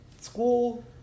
school